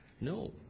No